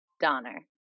Donner